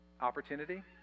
Opportunity